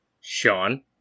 Sean